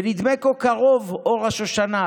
// ונדמה / כה קרוב / אור השושנה,